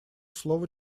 слово